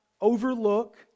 overlook